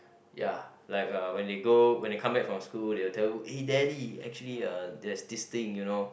ya like uh when they go when they come back from school they will tell you eh daddy actually uh there's this thing you know